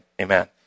Amen